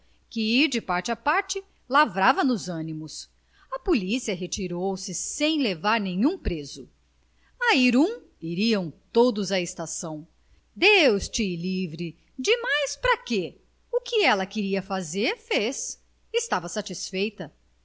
que de parte a parte lavrava nos ânimos a polícia retirou-se sem levar nenhum preso a ir um iriam todos à estação deus te livre demais para quê o que ela queria fazer fez estava satisfeita